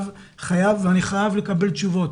אני חייב לקבל תשובות,